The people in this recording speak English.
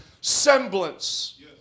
semblance